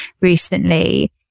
recently